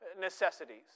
necessities